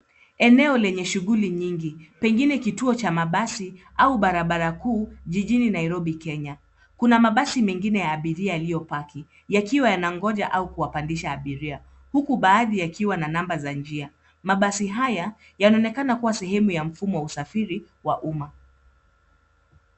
Eneo lenye shughuli nyingi pengine kituo cha mabasi au barabara kuu, jijini Nairobi Kenya. Kuna mabasi mengine ya abiria iliyo paki yakiwa yana ngoja au kuwapandisha abiria. Huku baadhi yakiwa na namba za njia. Mabasi haya yanonekana kuwa sehemu ya mfumo wa usafiri wa umma.